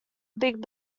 big